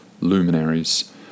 luminaries